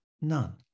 none